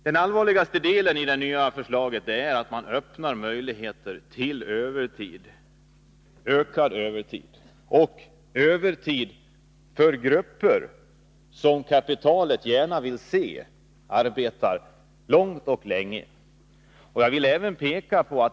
Det allvarligaste i det nya förslaget är att man öppnar möjligheterna till ökat övertidsuttag, speciellt för grupper som kapitalet gärna ser att de arbetar länge.